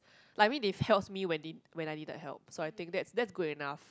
like I mean they helps me when they when I needed help so I think that is that is good enough